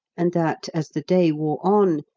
and that, as the day wore on,